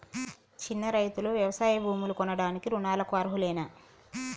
చిన్న రైతులు వ్యవసాయ భూములు కొనడానికి రుణాలకు అర్హులేనా?